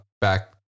back